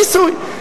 ניסוי.